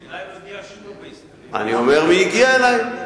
אלי לא הגיע שום לוביסט, אני אומר מי הגיע אלי.